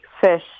fish